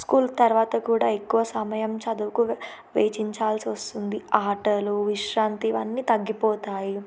school తరువాత కూడా ఎక్కువ సమయం చదువుకు వేచించాల్సి వస్తుంది ఆటలు విశ్రాంతి ఇవన్నీ తగ్గిపోతాయి